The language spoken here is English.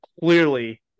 clearly